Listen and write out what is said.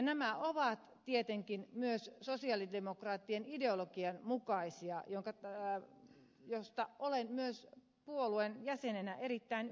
nämä ovat tietenkin myös sosialidemokraattien ideologian mukaisia josta olen myös puolueen jäsenenä erittäin ylpeä